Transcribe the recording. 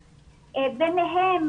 ביניהן,